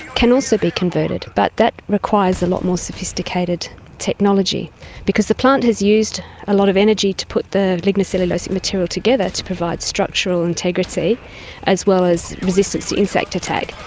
can also be converted, but that requires a lot more sophisticated technology because the plant has used used a lot of energy to put the lignocellulosic material together to provide structural integrity as well as resistance to insect attack.